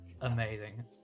amazing